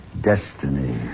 destiny